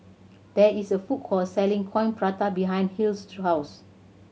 there is a food court selling Coin Prata behind Hill's